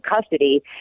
custody